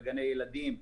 בגני ילדים,